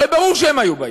הרי ברור שהם היו באים.